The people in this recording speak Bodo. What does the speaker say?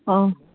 अ